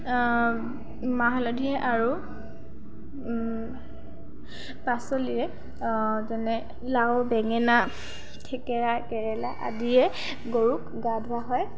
মাহ হালধি আৰু পাচলি যেনে লাও বেঙেনা ঠেকেৰা কেৰেলা আদিয়ে গৰুক গা ধোওৱা হয়